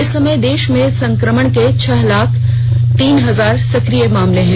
इस समय देश में संक्रमण के छह लाख तीन हजार सक्रिय मामले हैं